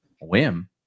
whim